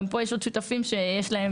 גם פה יש הרבה מאוד שותפים שלדעתי יש להם